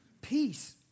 peace